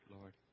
Lord